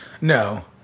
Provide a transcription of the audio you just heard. No